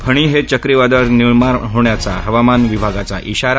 फणी हे चक्रीवादळ निर्माण होण्याचा हवामान विभागाचा इशारा